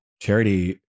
Charity